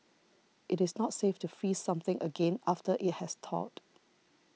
it is not safe to freeze something again after it has thawed